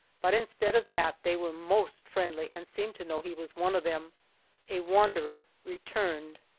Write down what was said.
but instead of that they were most friendly and seemed to know he was one of them a wanderer returned.